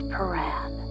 Paran